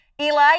Eli